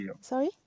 Sorry